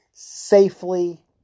safely